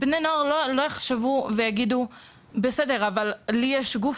בני נוער לא מודעים לאבחנה בין מבני גוף